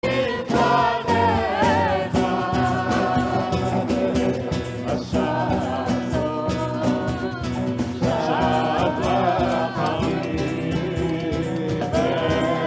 ימים עליך שעת הרצון שעת רחמים ו...